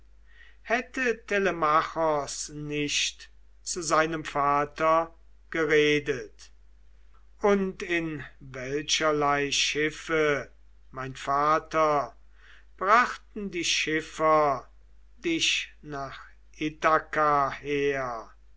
hätte telemachos nicht zu seinem vater geredet und in welcherlei schiffe mein vater brachten die schiffer dich nach ithaka her